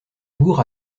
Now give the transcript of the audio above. bourg